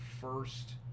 first